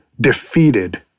defeated